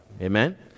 Amen